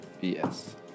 Yes